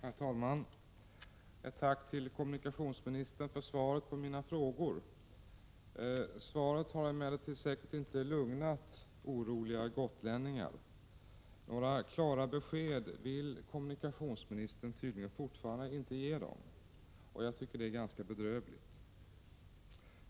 Herr talman! Ett tack till kommunikationsministern för svaret på mina frågor. Svaret har emellertid säkert inte lugnat oroliga gotlänningar. Några klara besked vill kommunikationsministern tydligen fortfarande inte ge dem. Det är ganska bedrövligt.